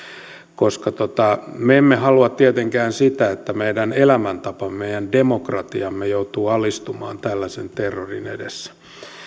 koska me emme halua tietenkään sitä että meidän elämäntapamme ja demokratiamme joutuvat alistumaan tällaisen terrorin edessä